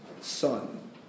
son